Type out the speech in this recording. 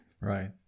Right